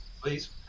please